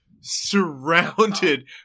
surrounded